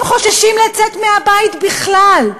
הם חוששים לצאת מהבית בכלל.